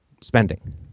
spending